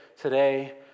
today